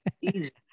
Easy